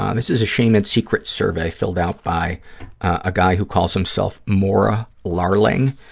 um this is a shame and secrets survey filled out by a guy who called himself maura larling,